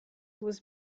was